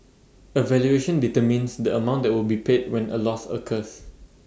A valuation determines the amount that will be paid when A loss occurs